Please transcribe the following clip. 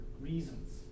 reasons